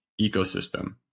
ecosystem